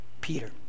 Peter